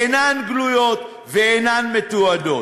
אינן גלויות ואינן מתועדות?